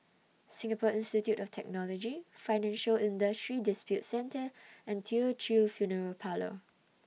Singapore Institute of Technology Financial Industry Disputes Center and Teochew Funeral Parlour